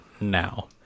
now